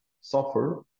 suffer